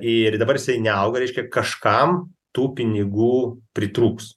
ir dabar jisai neauga reiškia kažkam tų pinigų pritrūks